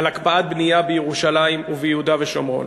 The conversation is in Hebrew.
על הקפאת בנייה בירושלים וביהודה ושומרון.